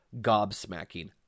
gobsmacking